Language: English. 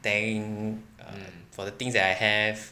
thank for the things that I have